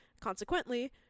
Consequently